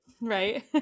right